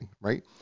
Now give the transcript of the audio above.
right